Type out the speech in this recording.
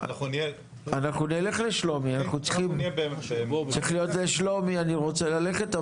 אנחנו נלך לשלומי אני רוצה ללכת,